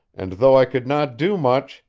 and though i could not do much,